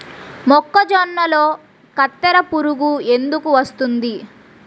మొక్కజొన్నలో కత్తెర పురుగు ఎందుకు వస్తుంది?